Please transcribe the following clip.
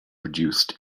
produced